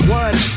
one